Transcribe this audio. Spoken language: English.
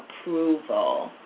approval